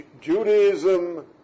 Judaism